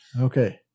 Okay